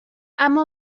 اما